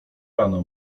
rano